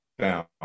down